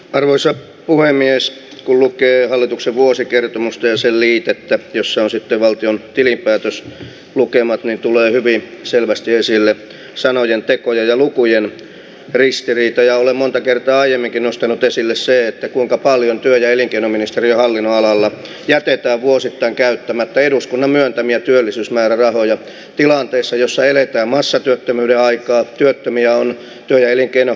arvoisa puhemies kulkee hallituksen vuosikertomusten sen liikettä jossa on sitten valtion tilinpäätös lukemat ja tulee hyvin selvästi esille sanojen tekoja ja lukujen ristiriitoja ole monta kertaa aiemminkin nostanut esille se että kuinka paljon työ ja elinkeinoministeriön hallinnonalalla jätetään vuosittain käyttämättä eduskunnan myöntämiä työllisyysmäärärahoja tilanteessa jossa eletään massatyöttömyyden aikaa työttömiä on elinkeino